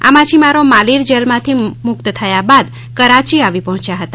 આ માછીમારો માલિર જેલમાંથી મૂકત થયા બાદ કરાચી આવી પહોંચ્યા હતા